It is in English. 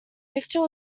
picture